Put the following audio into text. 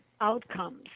outcomes